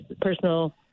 personal